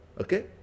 okay